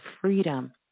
freedom